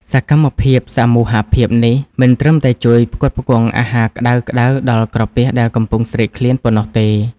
សកម្មភាពសមូហភាពនេះ មិនត្រឹមតែជួយផ្គត់ផ្គង់អាហារក្ដៅៗដល់ក្រពះដែលកំពុងស្រេកឃ្លានប៉ុណ្ណោះទេ។